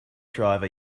driver